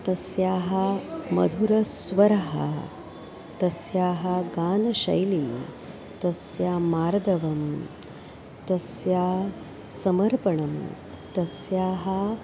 तस्याः मधुरस्वरः तस्याः गानशैली तस्याः मार्दवं तस्य समर्पणं तस्याः